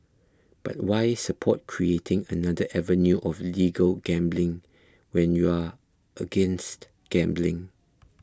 but why support creating another avenue of legal gambling when you're against gambling